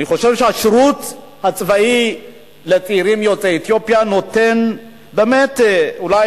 אני חושב שהשירות הצבאי לצעירים יוצאי אתיופיה נותן הוא באמת אולי